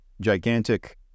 gigantic